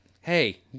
Hey